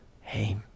Hey